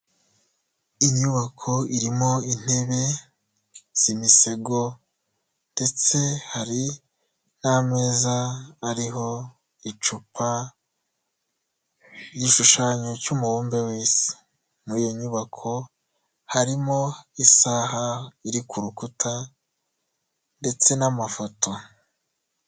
Inyubako irimo intebe z'imisego ndetse hari n'ameza ariho icupa, igishushanyo cy'umubumbe w'isi. Muri iyi nyubako harimo isaha iri ku rukuta ndetse n'amafoto.